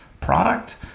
product